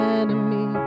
enemy